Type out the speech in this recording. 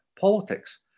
politics